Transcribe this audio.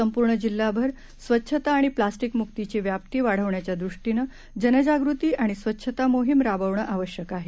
संपूर्ण जिल्हाभर स्वच्छता आणि प्लास्टिक मुक्तीची व्याप्ती वाढवण्याच्या दृष्टीने जनजागृती आणि स्वच्छता मोहीम राबवणं आवश्यक आहे